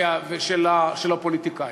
של הפוליטיקאים,